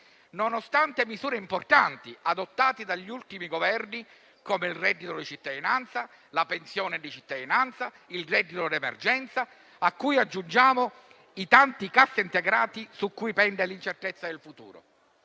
nonostante misure importanti adottate dagli ultimi Governi, come il reddito di cittadinanza, la pensione di cittadinanza, il reddito d'emergenza, cui aggiungiamo i tanti cassaintegrati, su cui pende l'incertezza del futuro.